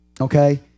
Okay